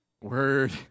word